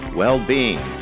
well-being